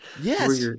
Yes